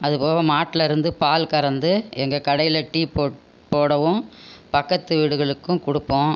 அது போக மாட்டில் இருந்து பால் கறந்து எங்கள் கடையில டீ போட்டு போடவும் பக்கத்து வீடுகளுக்கும் கொடுப்போம்